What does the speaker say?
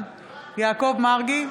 יעקב מרגי,